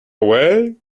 away